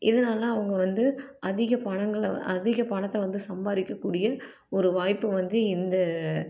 இதனால்தான் அவங்க வந்து அதிக பணங்களை அதிக பணத்தை வந்து சம்பாதிக்கக்கூடிய ஒரு வாய்ப்பு வந்து இந்த